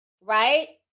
right